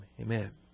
Amen